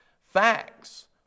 facts